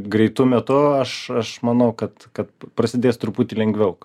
greitu metu aš aš manau kad kad prasidės truputį lengviau